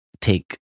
take